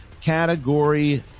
Category